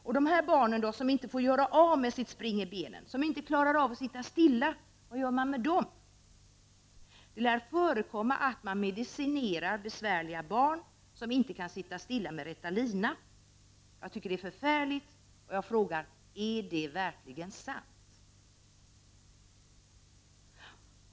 Och de här barnen då, som inte får göra av med sitt spring i benen, som inte klarar av att sitta stilla, vad gör man med dem? Det lär förekomma att man medicinerar besvärliga barn, som inte kan sitta stilla, med Ritalina. Jag tycker det förfärligt. Jag frågar: Är det verkligen sant?